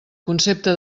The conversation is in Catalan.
concepte